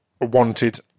wanted